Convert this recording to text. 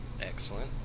Excellent